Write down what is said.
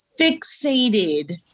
fixated